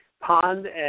pond